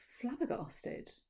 flabbergasted